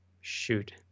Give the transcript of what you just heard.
Shoot